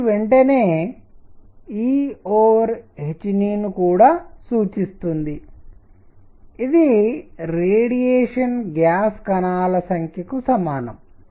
కాబట్టి వెంటనే Eh ను కూడా సూచిస్తుంది ఇది రేడియేషన్ గ్యాస్ కణాల సంఖ్య కు సమానం